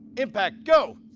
impact, go!